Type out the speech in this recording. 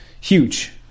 huge